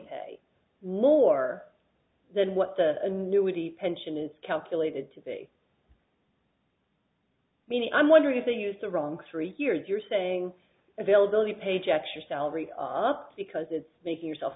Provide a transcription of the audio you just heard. pay more than what the annuity pension is calculated to be i mean i'm wondering if they used the wrong three years you're saying availability paychecks your salary up because it's making yourself